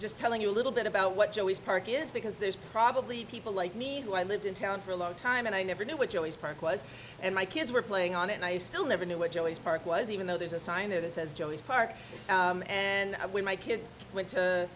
just telling you a little bit about what joey's park is because there's probably people like me who i lived in town for a long time and i never knew what joey's park was and my kids were playing on it and i still never knew what joey's park was even though there's a sign that says joe is park and when my kids went to